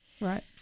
Right